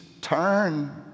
turn